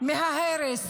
מההרס